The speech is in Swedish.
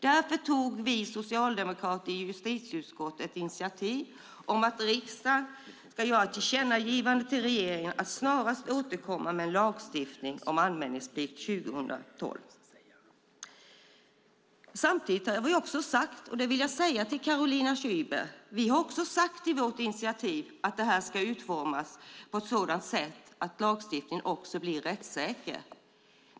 Därför tog vi socialdemokrater i justitieutskottet ett initiativ till att riksdagen ska göra ett tillkännagivande till regeringen om att snarast återkomma med förslag till lagstiftning om anmälningsplikt som ska träda i kraft 2012. Samtidigt har vi sagt, Caroline Szyber, i vårt initiativ att lagen ska utformas på ett rättssäkert sätt.